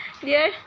dear